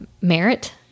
merit